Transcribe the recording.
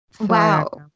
Wow